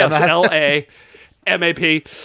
L-A-M-A-P